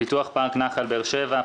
לפיתוח פארק נחל באר שבע,